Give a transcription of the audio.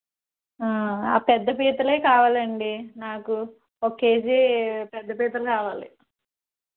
పెద్ద పీతలే కావాలండి నాకు ఒక కేజీ పెద్ద పీతలే కావాలి